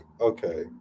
okay